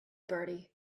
bertie